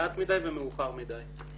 מעט מדי ומאוחר מדי.